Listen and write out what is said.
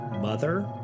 mother